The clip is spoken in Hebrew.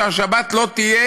כדי שהשבת לא תהיה